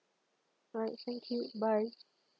alright thank you bye